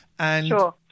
Sure